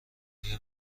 آیا